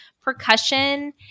percussion